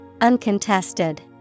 Uncontested